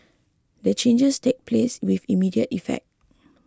the changes take place with immediate effect